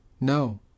No